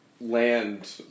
land